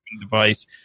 device